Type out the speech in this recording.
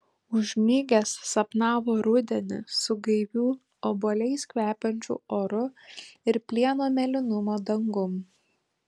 užmigęs sapnavo rudenį su gaiviu obuoliais kvepiančiu oru ir plieno mėlynumo dangum